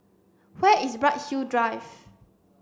where is Bright Hill Drive